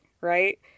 right